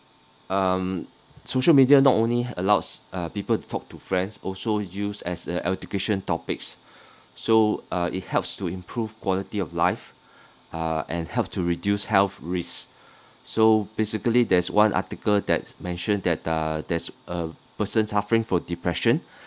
um social media not only allows uh people to talk to friends also use as uh education topics so uh it helps to improve quality of life uh and help to reduce health risk so basically there is one article that mention that uh there's a person suffering from depression